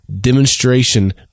demonstration